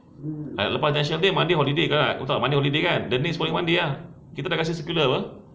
like lepas national day holiday kan monday holiday kan the next following monday ah kita dah kasih circular [pe]